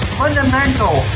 fundamental